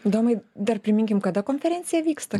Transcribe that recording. domai dar priminkim kada konferencija vyksta